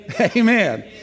Amen